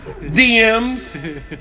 DMs